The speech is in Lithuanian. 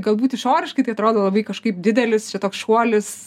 galbūt išoriškai tai atrodo labai kažkaip didelis čia toks šuolis